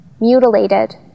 mutilated